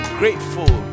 grateful